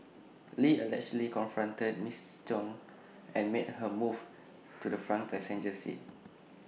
lee allegedly confronted miss chung and made her move to the front passenger seat